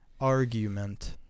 Argument